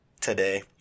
today